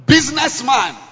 Businessman